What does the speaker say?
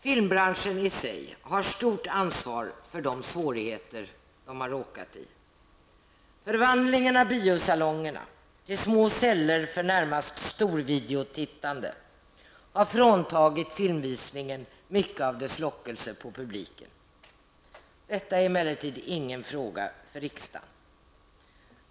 Filmbranschen i sig har stort ansvar för de svårigheter den har råkat i. Förvandlingen av biosalongerna till små celler för närmast storvideotittande har fråntagit filmvisningen mycket av dess lockelse på publiken. Detta är emellertid ingen fråga för riksdagen.